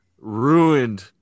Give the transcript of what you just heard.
ruined